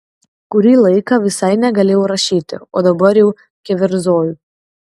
kurį laiką visai negalėjau rašyti o dabar jau keverzoju